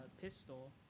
pistol